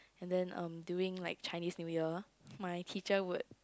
and then um during like Chinese New Year my teacher would